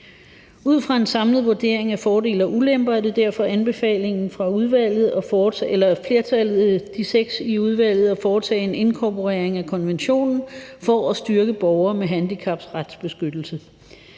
Ud fra en samlet vurdering af fordele og ulemper er det derfor anbefalingen fra de seks i udvalget at foretage en inkorporering af konventionen for at styrke borgere med handicaps retsbeskyttelse.